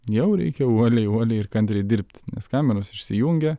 jau reikia uoliai uoliai ir kantriai dirbti nes kameros išsijungia